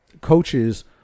coaches